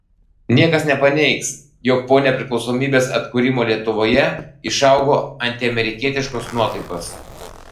niekas nepaneigs jog po nepriklausomybės atkūrimo lietuvoje išaugo antiamerikietiškos nuotaikos